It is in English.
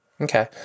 Okay